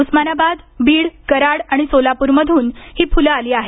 उस्मानाबाद बीड कराड आणि सोलाप्रमधून ही फुलं आली आहेत